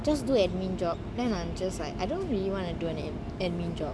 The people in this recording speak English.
just do admin job then I'm just like I don't really wanna do and an admin job